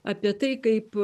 apie tai kaip